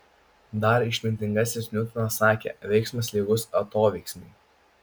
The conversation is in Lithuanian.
dar išmintingasis niutonas sakė veiksmas lygus atoveiksmiui